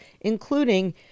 including